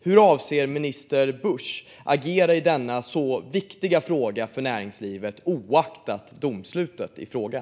Hur avser minister Busch att agera i denna för näringslivet så viktiga fråga, oavsett domslut i frågan?